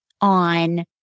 on